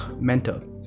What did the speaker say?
mentor